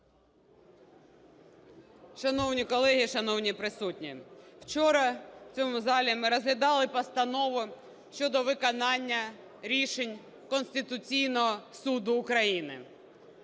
Шановні колеги, шановні присутні! Вчора в цьому залі ми розглядали постанову щодо виконання рішень Конституційного Суду України.